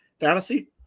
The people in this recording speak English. fantasy